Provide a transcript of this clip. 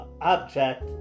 object